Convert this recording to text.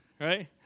right